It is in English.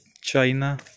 China